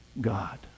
God